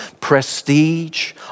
prestige